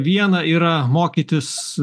viena yra mokytis